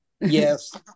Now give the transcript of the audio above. yes